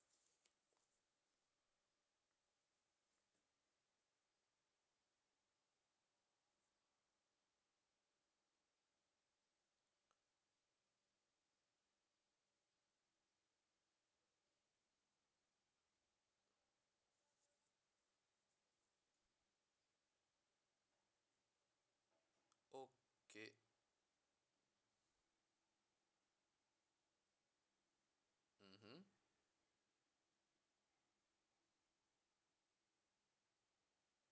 okay mmhmm